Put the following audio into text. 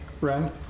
Ren